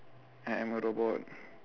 I am a robot